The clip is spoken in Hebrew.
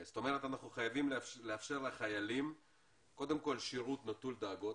אנחנו חייבים לאפשר לחיילים קודם כל שירת נטול דאגות,